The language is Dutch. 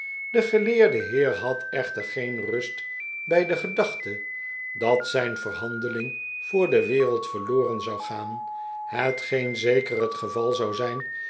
de geleerde heer had echter geen rust bij de gedachte dat zijn verhandeling voor de wereld verloren zou gaan hetgeen zeker het geval zou zijn